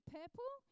purple